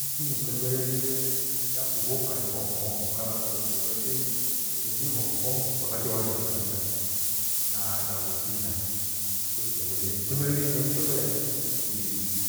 Nchi nitembelirie yakubhoka ni Hong Kong fughendie horikog wakati mfwaghenda uchina na Uchina nito nitembedene nemitembelee inchi ibhi.